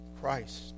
Christ